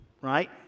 right